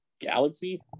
galaxy